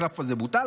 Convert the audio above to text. והקלף הזה בוטל.